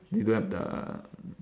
they don't have the